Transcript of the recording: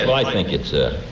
i think it's a